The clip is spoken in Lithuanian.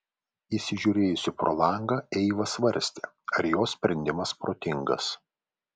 įsižiūrėjusi pro langą eiva svarstė ar jos sprendimas protingas